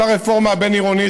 כל הרפורמה הבין-עירונית,